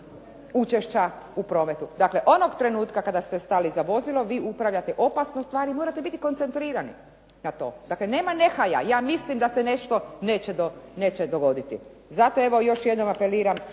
učešća u prometu. Dakle, onog trenutka kada ste stali za vozilo, vi upravljate opasnom stvari, morate biti koncentrirani na to. Dakle, nema nehaja. Ja mislim da se nešto neće dogoditi. Zato evo, još jednom apeliram